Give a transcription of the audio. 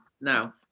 no